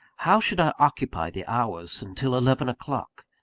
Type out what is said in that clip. how should i occupy the hours until eleven o'clock?